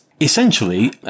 essentially